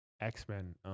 X-Men